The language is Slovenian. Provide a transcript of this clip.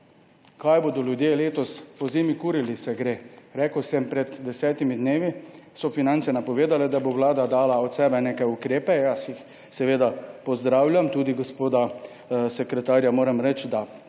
kaj bodo ljudje letos pozimi kurili. Rekel sem, pred 10 dnevi so Finance napovedale, da bo Vlada dala od sebe neke ukrepe, jaz jih seveda pozdravljam, tudi gospoda sekretarja, moram priznati, da